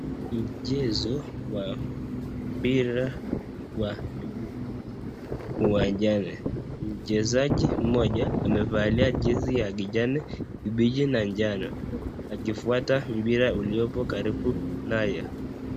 Mchezo wa mpira wa miguu uwanjani. Mchezaji mmoja amevalia jezi ya kijani kibichi na jano akifuata mpira uliopo karibu naye.